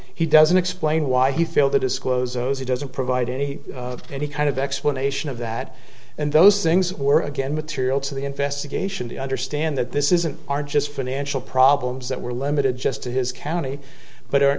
he doesn't explain why he failed to disclose those he doesn't provide any any kind of explanation of that and those things were again material to the investigation to understand that this isn't aren't just financial problems that were limited just to his county but